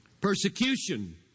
persecution